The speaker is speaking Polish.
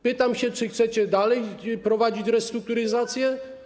Pytam, czy chcecie dalej prowadzić restrukturyzację.